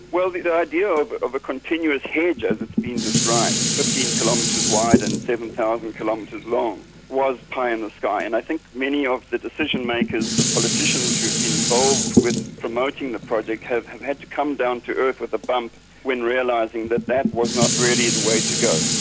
the the idea of of a continuous hedge, as it's been described, fifteen kilometres wide and seven thousand kilometres long, was pie in the sky, and i think many of the decision-makers, the politicians who have been involved with promoting the project have have had to come down to earth with a bump when realising that that was not really the way to go.